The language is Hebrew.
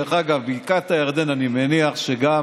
דרך אגב, על בקעת הירדן אני מניח שגם